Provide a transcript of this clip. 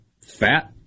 fat